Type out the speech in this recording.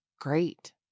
great